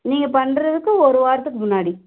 நீங்கள் பண்ணுறதுக்கும் ஒரு வாரத்துக்கு முன்னாடி